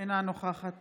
אינה נוכחת